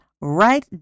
right